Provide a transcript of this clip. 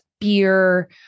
beer